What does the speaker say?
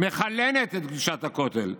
מחלנת את קדושת הכותל,